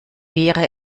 wäre